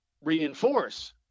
reinforce